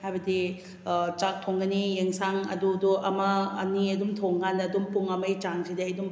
ꯍꯥꯏꯕꯗꯤ ꯆꯥꯛ ꯊꯣꯡꯒꯅꯤ ꯏꯟꯁꯥꯡ ꯑꯗꯨꯗꯨ ꯑꯃ ꯑꯅꯤ ꯑꯗꯨꯝ ꯊꯣꯡꯀꯥꯟꯗ ꯑꯗꯨꯝ ꯄꯨꯡ ꯑꯃꯒꯤ ꯆꯥꯡꯁꯤꯗꯤ ꯑꯩ ꯑꯗꯨꯝ